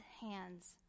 hands